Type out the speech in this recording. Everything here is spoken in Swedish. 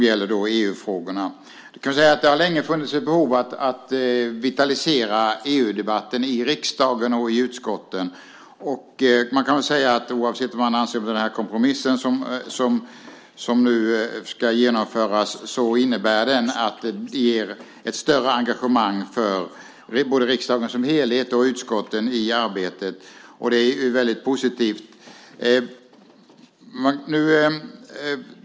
Det har länge funnits ett behov av att vitalisera EU-debatten i riksdagen och i utskotten. Oavsett vad man anser om den kompromiss som nu ska genomföras så innebär den att engagemanget när det gäller arbetet både för riksdagen som helhet och för utskotten blir större. Och det är väldigt positivt.